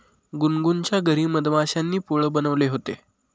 गुनगुनच्या घरी मधमाश्यांनी पोळं बनवले होते